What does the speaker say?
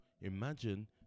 imagine